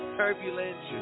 turbulence